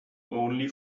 only